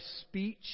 speech